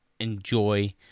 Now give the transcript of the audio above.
enjoy